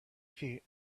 feet